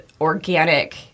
organic